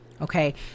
okay